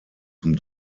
zum